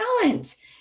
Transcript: talent